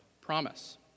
promise